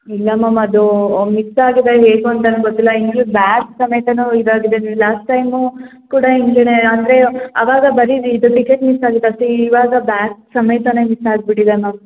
ಇಲ್ಲ ಮ್ಯಾಮ್ ಅದು ಮಿಸ್ ಆಗಿದೆ ಹೇಗಂತ ನಂಗೆ ಗೊತ್ತಿಲ್ಲ ಹಿಂಗೇ ಬ್ಯಾಗ್ ಸಮೇತನೇ ಇದಾಗಿದೆ ಲಾಸ್ಟ್ ಟೈಮು ಕೂಡ ಹಿಂಗೇನೇ ಅಂದರೆ ಅವಾಗ ಬರೀ ಇದು ಟಿಕೆಟ್ ಮಿಸ್ಸಾಗಿತ್ತು ಅಷ್ಟೇ ಇವಾಗ ಬ್ಯಾಗ್ ಸಮೇತನೇ ಮಿಸ್ಸಾಗ್ಬಿಟ್ಟಿದೆ ಮ್ಯಾಮ್